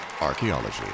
Archaeology